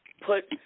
put